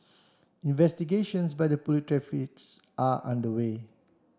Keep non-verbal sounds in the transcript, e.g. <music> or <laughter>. investigations by the <unintelligible> Police are underway